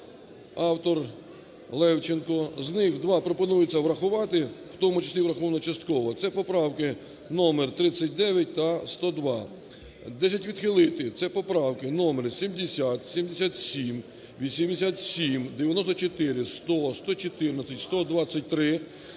(авторЛевченко). З них два пропонується врахувати, в тому числі враховано частково (це поправки номер 39 та 102). Десять відхилити (це поправки номер 70, 77, 87, 94, 100, 114, 123,